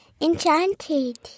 Enchanted